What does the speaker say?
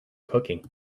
cooking